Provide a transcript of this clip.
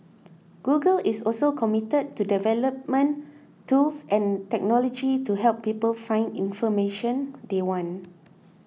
Google is also committed to development tools and technology to help people find information they want